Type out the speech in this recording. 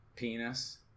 penis